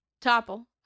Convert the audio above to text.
topple